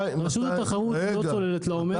רשות התחרות לא צוללת לעומק,